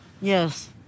Yes